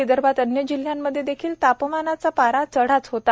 विदर्भात अन्य जिल्ह्यांमध्ये देखील तापमानाचा पारा चढाच होता